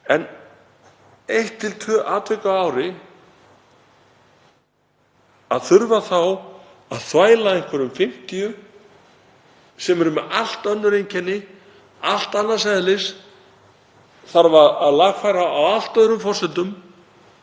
En eitt til tvö atvik á ári — að þurfa þá að þvæla einhverjum 50 sem eru með allt önnur einkenni, allt annars eðlis, sem þarf að lagfæra á allt öðrum forsendum,